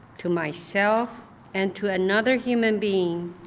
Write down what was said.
to myself and to another human being